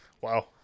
Wow